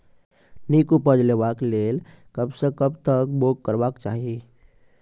नीक उपज लेवाक लेल कबसअ कब तक बौग करबाक चाही?